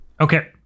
Okay